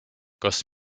kas